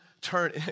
turn